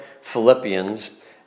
Philippians